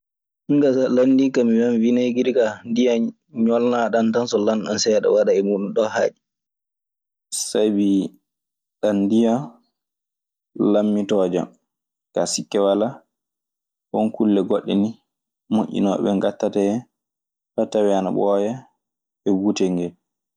Minkaa so a lanndiike kam mi wiyan winegiri ndiyam ñolnaaɗan tan. So lanɗanm seeɗa waɗaa e muuɗum ɗoo haaɗi. Sabi ɗan ndiyan lammitoojan. Kaa, sikke walaa won kulle goɗɗe nii moƴƴinooɓe ɓee ngaɗtata hen faa tawee ana ɓooya e butel ngel.